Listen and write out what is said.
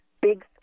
big